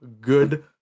good